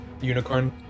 unicorn